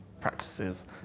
practices